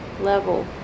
level